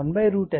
కాబట్టి 1√LC